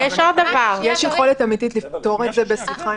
אם יש הסדר שנקבע באופן מיידי ורוצים לאפשר לכנסת לבטל אותו,